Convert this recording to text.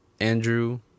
Andrew